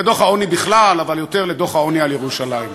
לדוח העוני בכלל, אבל יותר לדוח העוני על ירושלים.